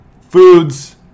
foods